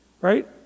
Right